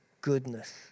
goodness